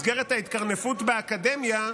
במקום הדגם של חלוקת סמכות ההכרעה בשאלות ערכיות